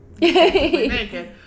naked